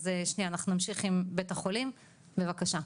אז שנייה, אנחנו נמשיך עם בית החולים, בבקשה,